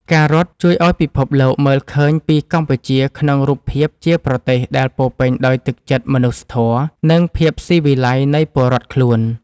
ការរត់ជួយឱ្យពិភពលោកមើលឃើញពីកម្ពុជាក្នុងរូបភាពជាប្រទេសដែលពោរពេញដោយទឹកចិត្តមនុស្សធម៌ និងភាពស៊ីវិល័យនៃពលរដ្ឋខ្លួន។